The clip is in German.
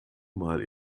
mal